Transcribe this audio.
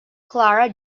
clara